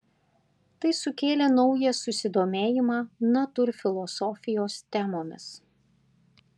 tai sukėlė naują susidomėjimą natūrfilosofijos temomis